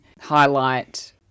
highlight